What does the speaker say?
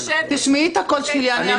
ס': תשמעי את הקול שלי, אני ערבייה.